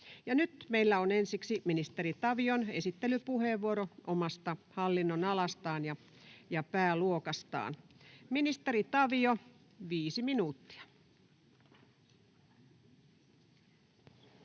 Nyt meillä on ensiksi ministeri Tavion esittelypuheenvuoro omasta hallinnonalastaan ja pääluokastaan. — Ministeri Tavio, viisi minuuttia.